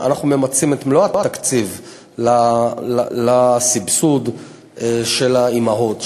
אנחנו ממצים את מלוא התקציב לסבסוד של האימהות.